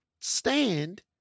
stand